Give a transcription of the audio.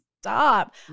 stop